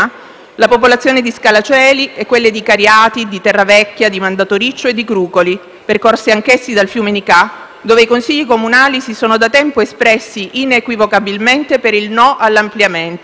le popolazioni di Scala Coeli, di Cariati, di Terravecchia, di Mandatoriccio e di Crucoli (territori percorsi anch'essi dal fiume Nicà) i cui Consigli comunali si sono da tempo espressi inequivocabilmente per il no all'ampliamento.